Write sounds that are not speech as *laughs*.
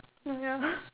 ya *laughs*